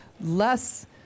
less